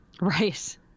Right